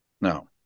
No